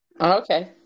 Okay